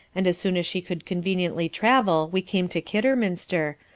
and as soon as she could conveniently travel we came to kidderminster,